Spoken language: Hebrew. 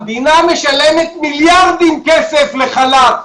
המדינה משלמת מיליארדים כסף לחל"ת,